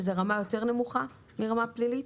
שזה רמה יותר נמוכה מרמה פלילית,